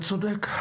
אתה צודק.